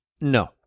No